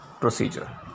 procedure